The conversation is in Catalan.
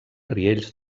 riells